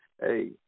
hey